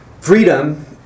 freedom